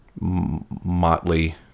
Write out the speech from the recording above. motley